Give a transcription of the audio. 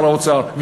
שר האוצר,